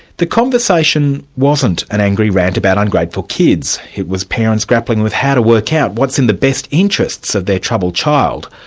the conversation wasn't an angry rant about ungrateful kids it was parents grappling with how to work out what's in the best interests of their troubled child,